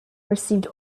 received